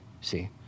see